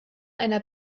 einer